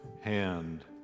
hand